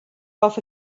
off